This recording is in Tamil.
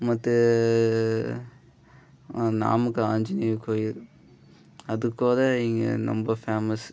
மற்ற நாமக்கல் ஆஞ்சநேயர் கோயில் அதுக்கூட இங்கே ரொம்ப ஃபேமஸ்